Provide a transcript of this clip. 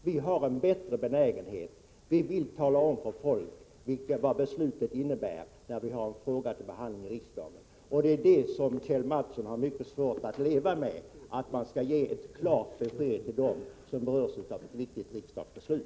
Vi har den bättre benägenheten att vilja tala om för folk vad besluten innebär när vi har haft en fråga uppe till behandling i riksdagen. Det är det som Kjell Mattsson har svårt att leva med: att vi vill ge ett klart besked till dem som berörs av detta viktiga riksdagsbeslut.